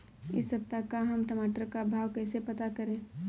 इस सप्ताह का हम टमाटर का भाव कैसे पता करें?